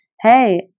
hey